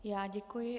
Já děkuji.